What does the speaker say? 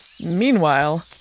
Meanwhile